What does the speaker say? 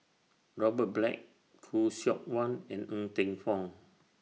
Robert Black Khoo Seok Wan and Ng Teng Fong